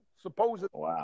supposedly